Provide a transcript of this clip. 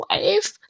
life